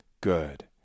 Good